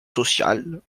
sociales